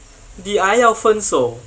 D_I 要分手